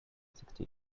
sixty